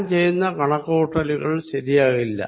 ഞാൻ ചെയ്യുന്ന കണക്കുകൂട്ടലുകൾ ശരിയാകില്ല